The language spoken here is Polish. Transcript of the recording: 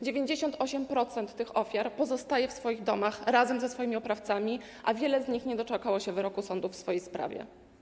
98% tych ofiar pozostaje w swoich domach razem ze swoimi oprawcami, a wiele z nich nie doczekało się wyroku sądu w swojej sprawie.